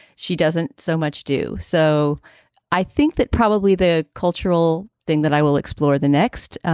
she doesn't so much do. so i think that probably the cultural thing that i will explore the next.